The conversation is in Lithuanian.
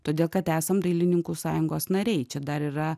todėl kad esam dailininkų sąjungos nariai čia dar yra